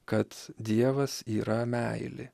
kad dievas yra meilė